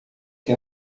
que